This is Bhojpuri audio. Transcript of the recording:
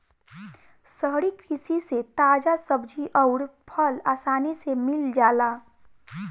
शहरी कृषि से ताजा सब्जी अउर फल आसानी से मिल जाला